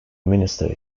minister